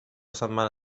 setmana